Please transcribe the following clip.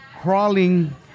crawling